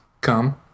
come